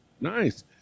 Nice